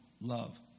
love